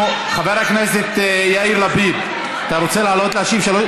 חבר הכנסת יאיר לפיד, אתה רוצה לעלות להשיב?